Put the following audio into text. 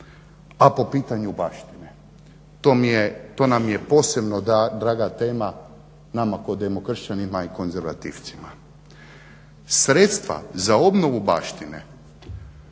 a po pitanju baštine. To nam je posebno draga tema nama ko demokršćanima i konzervativcima. Sredstva za obnovu baštine,